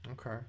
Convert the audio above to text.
Okay